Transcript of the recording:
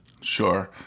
Sure